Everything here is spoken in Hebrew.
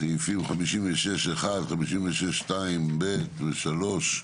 סעיפים 56(1), 56(2)(ב)(3),